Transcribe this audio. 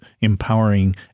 empowering